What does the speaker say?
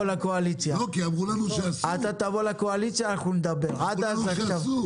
אנחנו מקווים מאוד שעכשיו